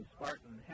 Spartan